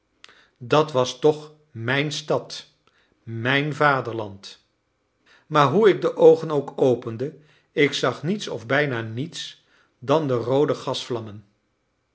dat was toch mijn stad mijn vaderland maar hoe ik de oogen ook opende ik zag niets of bijna niets dan de roode